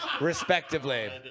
respectively